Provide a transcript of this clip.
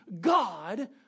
God